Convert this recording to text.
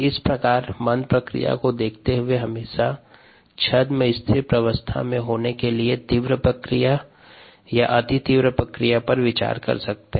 इस प्रकार मंद प्रक्रिया को देखते हुए हमेशा छद्म स्थिर प्रवस्था में होने के लिए तीव्र प्रक्रिया या अति तीव्र प्रक्रिया पर विचार कर सकते हैं